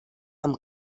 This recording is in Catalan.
amb